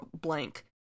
blank